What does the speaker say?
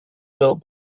built